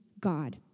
God